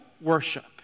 worship